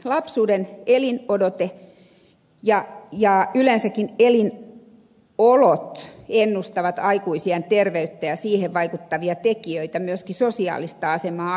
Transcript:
lapsuuden elin odote ja yleensäkin elinolot ennustavat aikuisiän terveyttä ja siihen vaikuttavia tekijöitä myöskin sosiaalista asemaa aikuisena